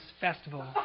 festival